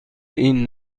این